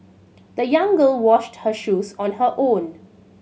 the young girl washed her shoes on her own